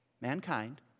Mankind